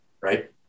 right